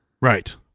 Right